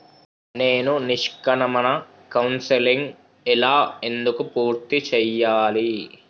నేను నిష్క్రమణ కౌన్సెలింగ్ ఎలా ఎందుకు పూర్తి చేయాలి?